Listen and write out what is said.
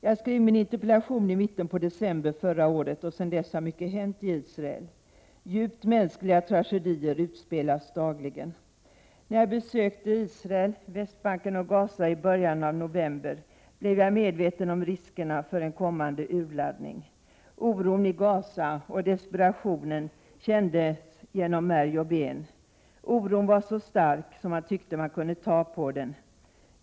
Jag skrev min interpellation i mitten på december förra året. Sedan dess har mycket hänt i Israel. Djupt mänskliga tragedier utspelas dagligen. När jag besökte Israel, Västbanken och Gaza i början av november blev jag medveten om riskerna för en kommande urladdning. Oron och desperationen i Gaza kändes genom märg och ben. Oron var så stark att man tyckte att man kunde ta på den.